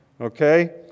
Okay